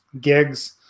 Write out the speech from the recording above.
gigs